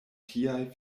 tiaj